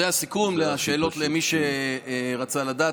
אלה הסיכום והשאלות למי שרצה לדעת.